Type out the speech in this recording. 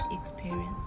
experience